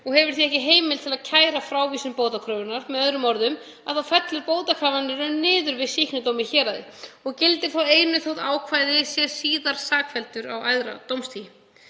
og hefur því ekki heimild til að kæra frávísun bótakröfunnar. Með öðrum orðum fellur bótakrafa í raun niður við sýknudóm í héraði og gildir þá einu þótt ákærði sé síðar sakfelldur á æðra dómstigi.